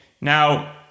now